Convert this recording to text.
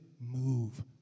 move